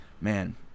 man